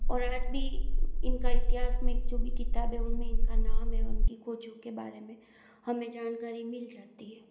और आज भी इनका इतिहास में जो भी किताब है उन में इनका नाम है उनकी खोजों के बारे में हमें जानकारी मिल जाती है